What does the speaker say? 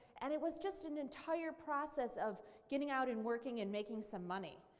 and it was just an entire process of getting out and working and making some money.